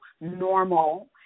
normal